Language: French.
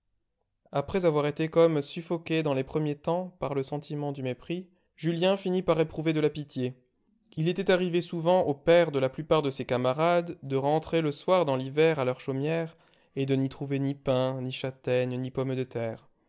après avoir été comme suffoqué dans les premiers temps par le sentiment du mépris julien finit par éprouver de la pitié il était arrivé souvent aux pères de la plupart de ses camarades de rentrer le soir dans l'hiver à leur chaumière et de n'y trouver ni pain ni châtaignes ni pommes de terre